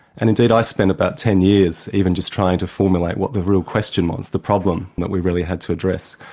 and indeed i spent about ten years even just trying to formulate what the real question was, the problem that we really had to address.